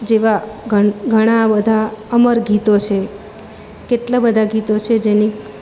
જેવા ઘન ઘણા બધા અમર ગીતો છે કેટલા બધા ગીતો છે જેની